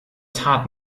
tat